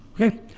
Okay